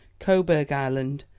coburg island,